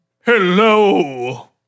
Hello